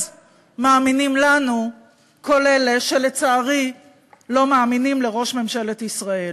אז מאמינים לנו כל אלה שלצערי לא מאמינים לראש ממשלת ישראל.